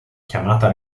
chiamata